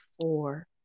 four